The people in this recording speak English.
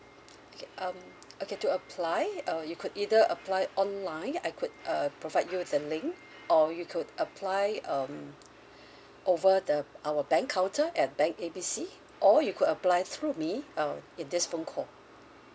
okay um okay to apply uh you could either apply online I could uh provide you with the link or you could apply um over the our bank counter at bank A B C or you could apply through me uh in this phone call